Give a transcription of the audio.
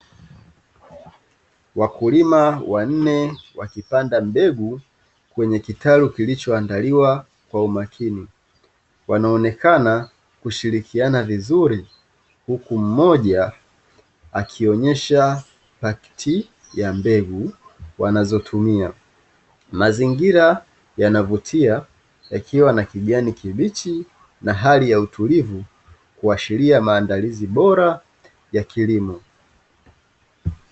Wakulima wanne wakipanda mbegu kwenye kitalu kilichoandaliwa kwa umakini wanaonekana kushirikiana vizuri, huku mmoja akionyesha paketi ya mbegu wanazotumia. Mazingira yanavutia yakiwa kijani kibichi, na hali ya utulivu kuashiria maandalizi bora ya kilimo.